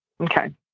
Okay